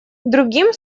другим